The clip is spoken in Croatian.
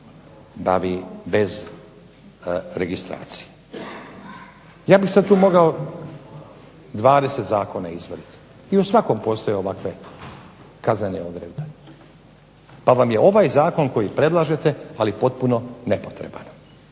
bavi bez registracije. Ja bih sada tu mogao 20 zakona izvaditi i u svakom postoje ovakve kaznene odredbe, pa vam je ovaj Zakon koji predlažete potpuno nepotreban.